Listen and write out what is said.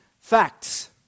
facts